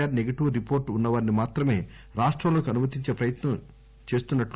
are negative report ఉన్న వారిని మాత్రమే రాష్టంలోకి అనుమతించే ప్రయత్నం చేస్తాయి